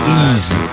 easy